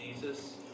Jesus